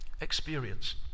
experience